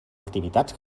activitats